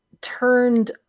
turned